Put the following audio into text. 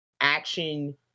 action